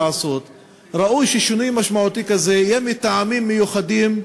ראוי ששינוי משמעותי כזה יהיה מטעמים מיוחדים,